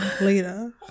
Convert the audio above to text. later